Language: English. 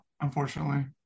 unfortunately